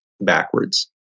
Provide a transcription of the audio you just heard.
backwards